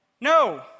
No